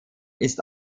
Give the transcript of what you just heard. ist